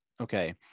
okay